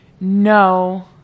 No